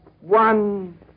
One